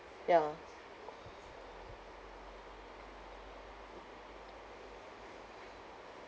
ya